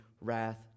wrath